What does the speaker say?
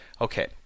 Okay